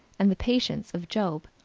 and the patience of job.